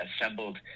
assembled